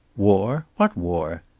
war? what war?